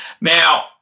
Now